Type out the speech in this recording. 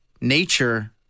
nature